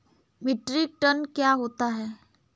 Metric tonne क्या होता है?